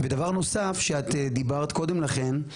ודבר נוסף, שאת דיברת קודם לכן,